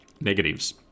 negatives